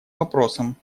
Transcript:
вопросом